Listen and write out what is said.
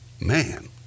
Man